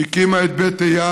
שהקימה את בית איל